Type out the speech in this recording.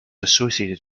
associated